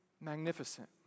magnificent